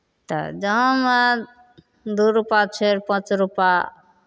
तऽ जहाँमे दू रुपैआ चारि पाँच रुपैआ